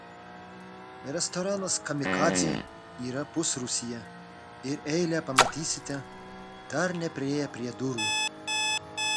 restoranas kamikadzė yra pusrūsyje ir eilę pamatysite dar nepriėję prie durų